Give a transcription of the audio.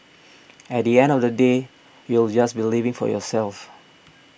at the end of the day you'll just be living for yourself